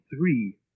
three